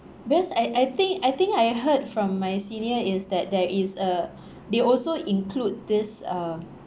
because I I think I think I heard from my senior is that there is uh they also include this uh